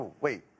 wait